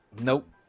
Nope